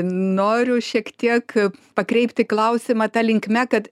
noriu šiek tiek pakreipti klausimą ta linkme kad